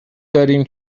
داریم